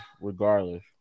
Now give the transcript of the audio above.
regardless